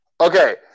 Okay